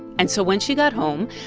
and so when she got home,